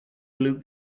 luke